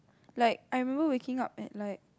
like I remember waking up at like